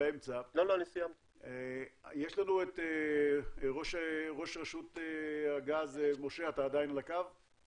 יש לנו את ראש רשות הגז, משה, אתה עדיין על הקו?